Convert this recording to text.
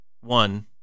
one